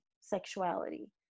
sexuality